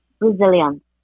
Resilience